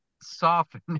soften